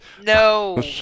No